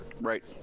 Right